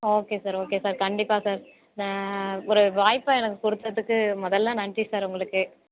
okay sir okay sir கண்டிப்பாக sir ஒரு வாய்ப்பை எனக்கு கொடுத்ததுக்கு முதல்ல நன்றி சார் உங்களுக்கு